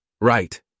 Right